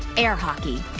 air hockey.